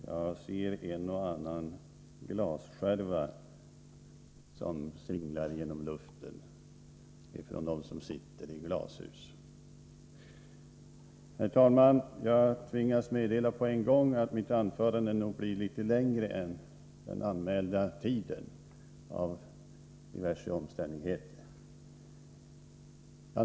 Jag ser en och annan glasskärva som singlar genom luften från dem som sitter i glashus. Herr talman! Jag tvingas på en gång meddela att mitt anförande av diverse omständigheter nog blir litet längre än den anmälda tiden.